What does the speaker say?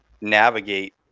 navigate